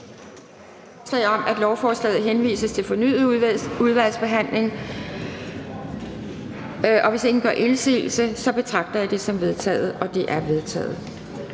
forslag om, at lovforslaget henvises til fornyet udvalgsbehandling, og hvis ingen gør indsigelse, betragter jeg det som vedtaget. Det er vedtaget.